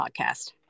podcast